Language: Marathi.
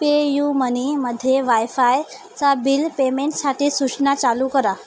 पेयुमनीमध्ये वायफायचा बिल पेमेंटसाठी सूचना चालू करा